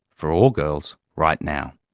for all girls, right now.